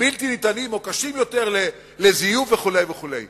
בלתי ניתנים או קשים יותר לזיוף, וכו' וכו'.